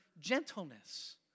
gentleness